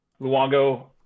Luongo